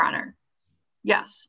honor yes